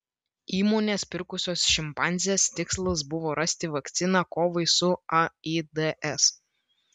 įmonės pirkusios šimpanzes tikslas buvo rasti vakciną kovai su aids